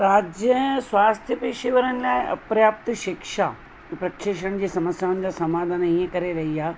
राज्य ऐं स्वास्थ्य पेशेवरनि लाइ अपर्याप्त शिक्षा प्रक्षेषण जी समस्याउनि जा समाधान हीअं करे रही आहे